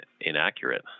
inaccurate